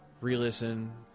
Re-listen